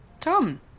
Tom